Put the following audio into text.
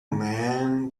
man